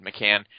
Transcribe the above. McCann